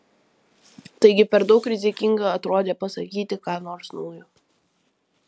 taigi per daug rizikinga atrodė pasakyti ką nors naujo